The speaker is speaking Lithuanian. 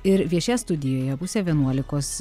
ir viešės studijoje pusę vienuolikos